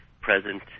present